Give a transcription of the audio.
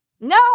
No